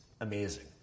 Amazing